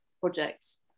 projects